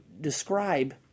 describe